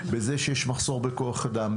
בזה שיש מחסור בכוח אדם,